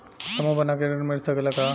समूह बना के ऋण मिल सकेला का?